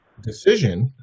decision